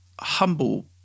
humble